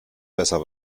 besser